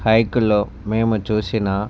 హైక్లో మేము చూసిన